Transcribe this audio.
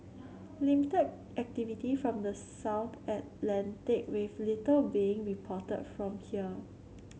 limited activity from the South Atlantic with little being reported from here